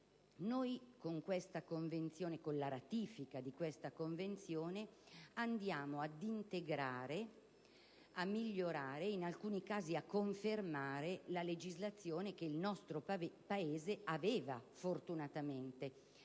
Con la ratifica di questa Convenzione noi andiamo ad integrare, a migliorare e, in alcuni casi, a confermare la legislazione che il nostro Paese fortunatamente